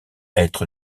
être